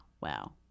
Wow